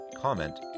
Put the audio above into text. comment